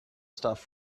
stuff